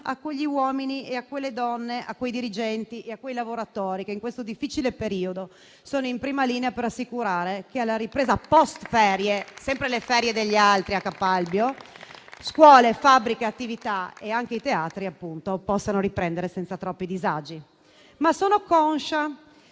a quegli uomini e a quelle donne, a quei dirigenti e a quei lavoratori che in questo difficile periodo sono in prima linea per assicurare che alla ripresa *post*-ferie - sempre le ferie degli altri, a Capalbio - scuole, fabbriche, attività e anche i teatri, appunto, possano riprendere senza troppi disagi. Sono conscia